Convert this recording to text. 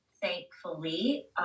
thankfully